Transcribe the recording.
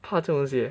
怕这种东西 leh